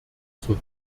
zur